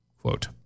Quote